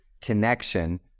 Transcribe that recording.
connection